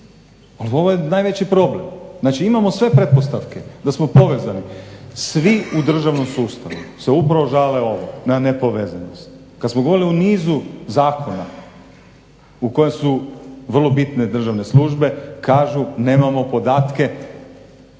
al ovo je najveći problem. Znači, imamo sve pretpostavke da smo povezani svi u državnom sustavu se upravo žale na ovo na nepovezanost, kad smo govorili o nizu zakona u kojem su vrlo bitne državne službe, kažu nemamo podatke